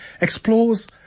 explores